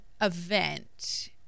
event